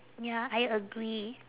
ya I agree